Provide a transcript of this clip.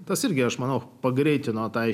tas irgi aš manau pagreitino tai